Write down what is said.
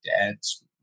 dad's